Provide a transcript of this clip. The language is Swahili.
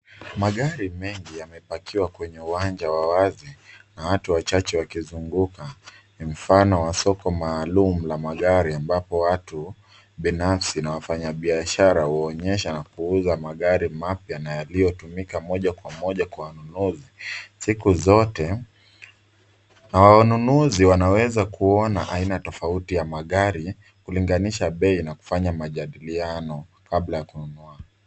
Magari mengi yamepakiwa kwenye uwanja wa wazi na watu wachache wakizunguka. Ni mfano wa soko maalum wa gari ambapo watu binafsi na wafanya biashara huonyesha kuuza magari mapya na yaliyotumika moja kwa moja kwa wanunuzi siku zote na wanunuzi wanaweza kuona aina tofauti ya magari, kulinganisha bei na kufanya majaribiano kabla ya kununua.